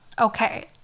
okay